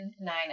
nine